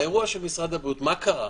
באירוע של משרד הבריאות, מה קרה?